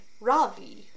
Ravi